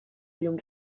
llum